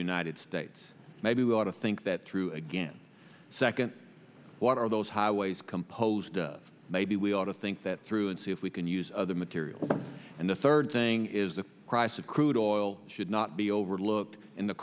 united states maybe we ought to think that through again second what are those highways composed of maybe we ought to think that through and see if we can use other materials and the third thing is the price of crude oil should not be overlooked in the